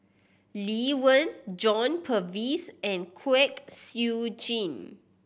Lee Wen John Purvis and Kwek Siew Jin